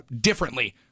differently